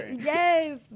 yes